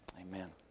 amen